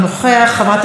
אינה נוכחת,